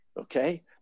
okay